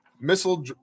missile